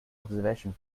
observation